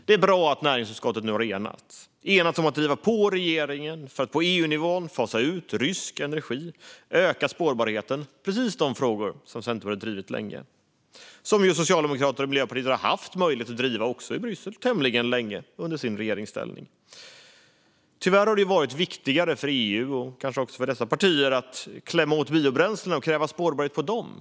Det är bra att näringsutskottet nu har enats om att driva på regeringen för att på EU-nivå fasa ut rysk energi och öka spårbarheten - precis de frågor som Centerpartiet länge drivit och som ju Socialdemokraterna och Miljöpartiet i regeringsställning har haft möjlighet att driva i Bryssel tämligen länge. Tyvärr har det varit viktigare för EU och kanske också för dessa partier att klämma åt biobränslen och kräva spårbarhet för dem.